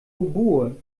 oboe